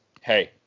Hey